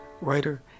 writer